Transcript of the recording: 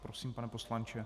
Prosím, pane poslanče.